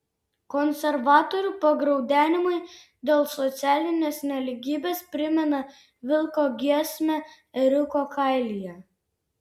konservatorių pagraudenimai dėl socialinės nelygybės primena vilko giesmę ėriuko kailyje